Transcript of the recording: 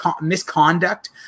misconduct